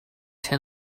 tin